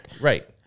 Right